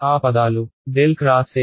ఆ పదాలు ∇ X E